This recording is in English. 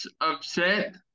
upset